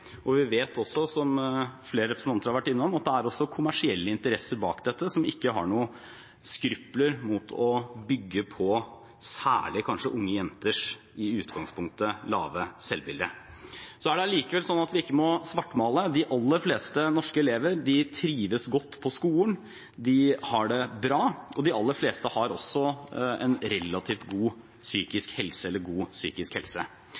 Vi vet også, som flere representanter har vært innom, at det er kommersielle interesser bak dette som ikke har noen skrupler mot å bygge på særlig kanskje unge jenters i utgangspunktet lave selvbilde. Likevel er det slik at vi ikke må svartmale. De aller fleste norske elever trives godt på skolen, de har det bra, og de aller fleste har også god psykisk helse. Så skal elevene i skolen tilegne seg kunnskaper om både kroppen, helse,